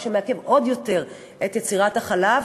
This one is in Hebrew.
מה שמעכב עוד יותר את יצירת החלב.